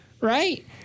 right